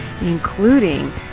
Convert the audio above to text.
including